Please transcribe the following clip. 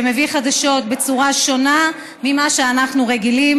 שמביא חדשות בצורה שונה ממה שאנחנו רגילים,